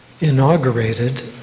inaugurated